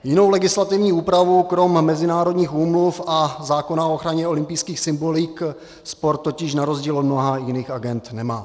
Jinou legislativní úpravu krom mezinárodních úmluv a zákona o ochraně olympijských symbolik sport totiž na rozdíl od mnoha jiných agend nemá.